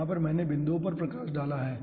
यहाँ पर मैंने मुख्य बिंदुओं पर प्रकाश डाला है